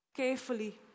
Carefully